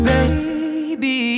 Baby